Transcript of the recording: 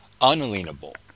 unalienable